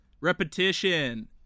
Repetition